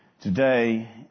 Today